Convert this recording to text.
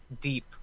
deep